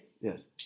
Yes